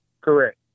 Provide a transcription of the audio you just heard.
Correct